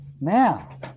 Now